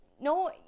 no